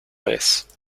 vez